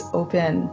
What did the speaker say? open